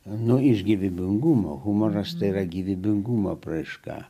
nu iš gyvybingumo humoras tai yra gyvybingumo apraiška